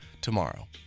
tomorrow